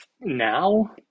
Now